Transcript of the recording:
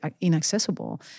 inaccessible